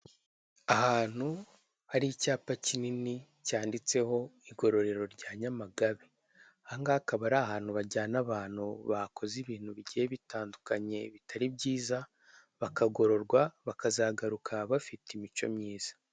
Ahantu hari icyapa kinini handitseho igororero rya Nyamagabe, ahangaha akaba ari ahantu bajyana abantu bakoze ibintu bigiye bitandukanye bitari byiza bakagororwa bakazagaruka bafite imico myiza.